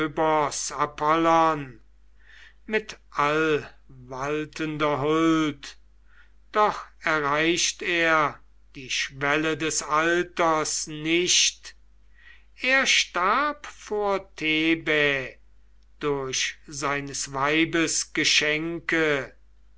mit allwaltender huld doch erreicht er die schwelle des alters nicht er starb vor thebai durch seines weibes geschenke